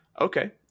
Okay